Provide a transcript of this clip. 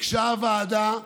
ביקשה הוועדה,